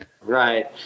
Right